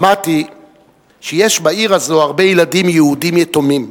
שמעתי שיש בעיר הזו הרבה ילדים יהודים יתומים,